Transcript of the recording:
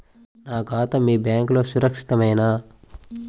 నా ఖాతా మీ బ్యాంక్లో సురక్షితమేనా?